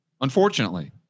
Unfortunately